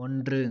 ஒன்று